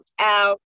out